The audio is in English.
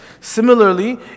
similarly